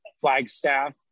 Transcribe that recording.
flagstaff